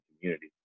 community